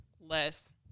less